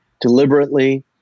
deliberately